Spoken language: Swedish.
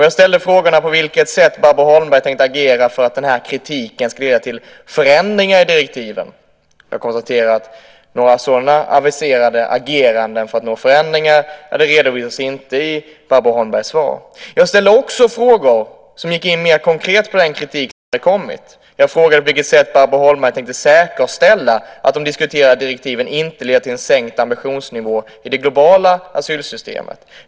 Jag frågade på vilket sätt Barbro Holmberg tänker agera för att kritiken ska leda till förändringar i direktiven. Jag konstaterar att några sådana aviserade ageranden för att nå förändringar inte redovisas i Barbro Holmbergs svar. Jag ställde också frågor som gick in mer på den kritik som hade kommit. Jag frågade på vilket sätt Barbro Holmberg tänker säkerställa att de diskuterade direktiven inte leder till en sänkt ambitionsnivå i det globala asylsystemet.